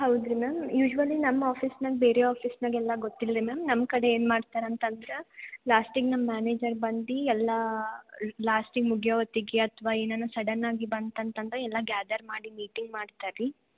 ಹೌದು ರೀ ma'am usually ನಮ್ಮ ಆಫೀಸ್ನಾಗೆ ಬೇರೆ ಆಫಿಸ್ನಾಗೆಲ್ಲ ಗೊತ್ತಿಲ್ಲ ರೀ ಮ್ಯಾಮ್ ನಮ್ಮ ಕಡೆ ಏನು ಮಾಡ್ತಾರೆ ಅಂತ ಅಂದ್ರೆ ಲಾಸ್ಟಿಗೆ ನಮ್ಮ ಮ್ಯಾನೇಜರ್ ಬಂದು ಎಲ್ಲ ಲಾಸ್ಟಿಗೆ ಮುಗಿಯೋ ಹೊತ್ತಿಗೆ ಅಥವಾ ಏನರ ಸಡನ್ನಾಗಿ ಬಂತು ಅಂತ ಅಂದ್ರೆ ಎಲ್ಲ ಗ್ಯಾದರ್ ಮಾಡಿ ಮೀಟಿಂಗ್ ಮಾಡ್ತಾರೆ ರೀ